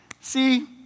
see